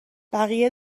بقیه